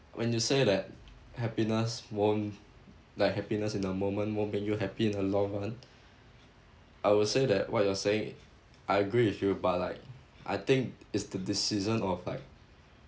when you say that happiness won't like happiness in a moment won't make you happy in the long run I would say that what you're saying I agree with you but like I think is the decision of like